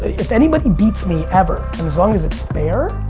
if anyone beats me ever, and as long as it's fair,